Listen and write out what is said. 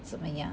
怎么样